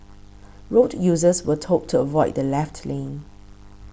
road users were told to avoid the left lane